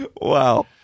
Wow